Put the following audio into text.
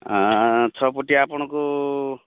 ଛଅ ଫୁଟିଆ ଆପଣଙ୍କୁ